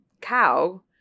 cow